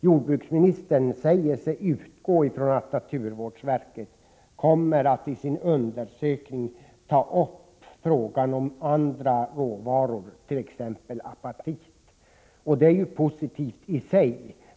Jordbruksministern säger sig utgå från att naturvårdsverket i sin undersökning kommer att ta upp frågan om andra råvaror, t.ex. apatit. Det är positivt isig.